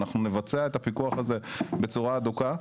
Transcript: אנחנו נבצע את הפיקוח הזה בצורה אדוקה.